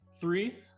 three